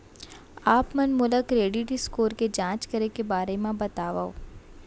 आप मन मोला क्रेडिट स्कोर के जाँच करे के बारे म बतावव?